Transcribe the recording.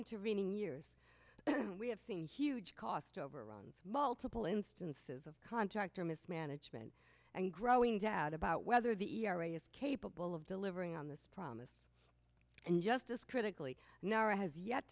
intervening years we have seen huge cost overruns multiple instances of contractor mismanagement and growing doubt about whether the e r a is capable of delivering on this promise and justice critically nara has yet